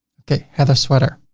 okay. heather sweater.